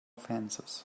fences